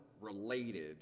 related